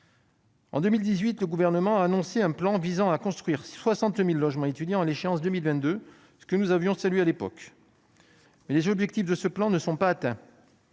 En 2018, le Gouvernement a annoncé un plan visant à construire 60 000 logements étudiants à l'échéance de 2022, ce que nous avions salué à l'époque. Mais les objectifs de ce plan ne sont pas atteints.